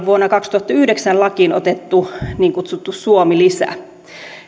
vuonna kaksituhattayhdeksän lakiin otettu niin kutsuttu suomi lisä